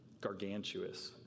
gargantuous